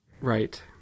Right